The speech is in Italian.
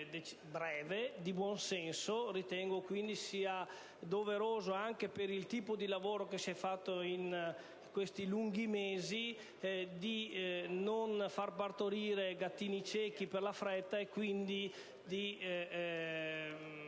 breve e di buon senso. Ritengo, quindi, doveroso, anche per il tipo di lavoro che si è svolto in questi lunghi mesi, non far partorire gattini ciechi per la fretta, e quindi